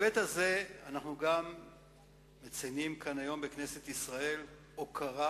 אנחנו מציינים היום כאן בכנסת ישראל גם הוקרה